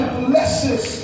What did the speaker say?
blesses